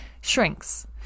shrinks